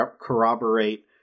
corroborate